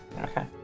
Okay